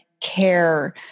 care